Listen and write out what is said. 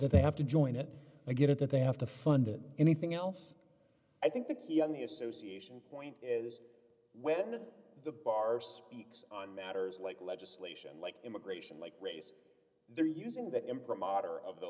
that they have to join it and get it that they have to fund it anything else i think the key on the association point is when the bar speaks on matters like legislation like immigration like race they're using that